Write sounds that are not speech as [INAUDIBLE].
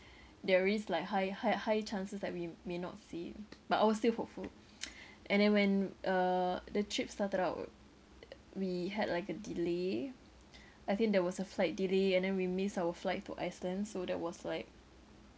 there is like high high high chances that we may not see it but I was still hopeful [NOISE] and then when uh the trip started out we had like a delay I think there was a flight delay and then we missed our flight to Iceland so that was like